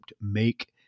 make